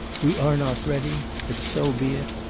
we are not ready, but so be it!